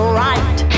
right